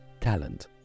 talent